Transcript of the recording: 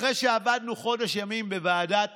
אחרי שעבדנו חודש ימים בוועדת